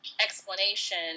explanation